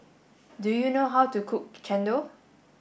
do you know how to cook Chendol